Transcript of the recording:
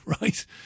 right